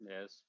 Yes